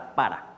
para